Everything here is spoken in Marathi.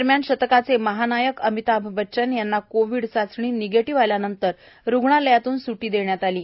दरम्यान शतकाचे महानायक अमिताभ बच्चन यांना कोविड चाचणी निगेटीव्ह आल्यानंतर रुग्णालयातून स्टी देण्यात आली आहे